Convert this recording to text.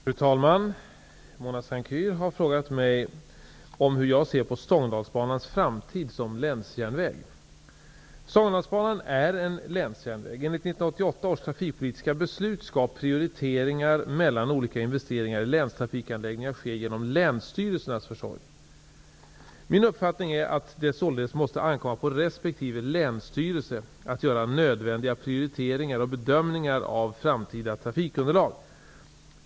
Fru talman! Mona Saint Cyr har frågat mig om hur jag ser på Stångådalsbanans framtid såsom länsjärnväg. Stångådalsbanan är en länsjärnväg. Enligt 1988 års trafikpolitiska beslut skall prioriteringar mellan olika investeringar i länstrafikanläggningar ske genom länsstyrelsernas försorg. Min uppfattning är att det således måste ankomma på resp. länsstyrelse att göra nödvändiga prioriteringar och bedömningar av framtida trafikunderlag.